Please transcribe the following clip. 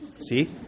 See